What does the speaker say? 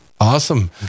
Awesome